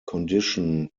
condition